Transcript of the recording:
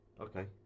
Okay